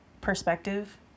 perspective